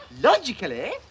logically